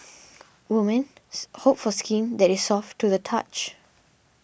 women's hope for skin that is soft to the touch